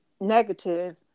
negative